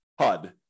HUD